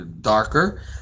darker